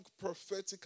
prophetic